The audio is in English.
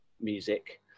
music